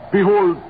Behold